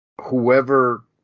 whoever